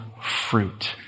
fruit